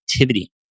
activity